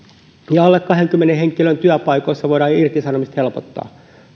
alle kahdenkymmenen henkilön työpaikoissa voidaan irtisanomista helpottaa